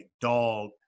dog